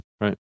Right